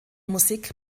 musik